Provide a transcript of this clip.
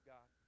God